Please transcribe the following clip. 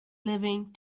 leaving